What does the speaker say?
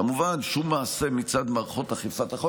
כמובן, שום מעשה מצד מערכות אכיפת החוק.